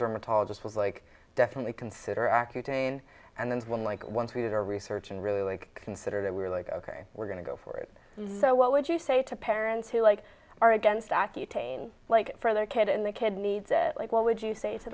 dermatologist was like definitely consider accutane and then when like once we did our research and really like considered it we were like ok we're going to go for it so what would you say to parents who like are against accutane like for their kid and the kid needs it like what would you say to